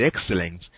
excellence